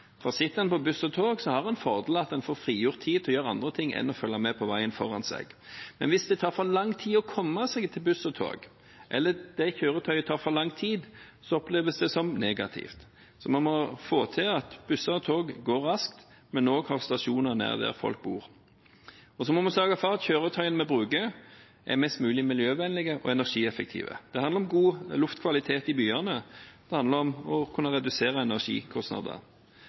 på buss og tog, har en den fordelen at en får frigjort tid til å gjøre andre ting enn å følge med på veien foran seg. Men hvis det tar for lang tid å komme seg til buss og tog eller der kjøretøyet tar for lang tid, oppleves det som negativt, så vi må få til at busser og tog går raskt, men også at stasjonene er nær der folk bor. Og så må vi sørge for at kjøretøyene vi bruker, er mest mulig miljøvennlige og energieffektive. Det handler om god luftkvalitet i byene, og det handler om å kunne redusere